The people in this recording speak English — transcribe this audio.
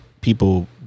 people